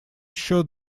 еще